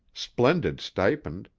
splendid stipend,